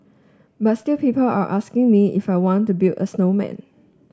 but still people are asking me if I want to build a snowman